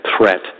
threat